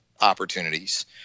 opportunities